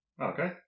Okay